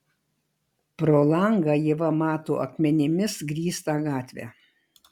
pro langą ieva mato akmenimis grįstą gatvę